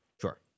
sure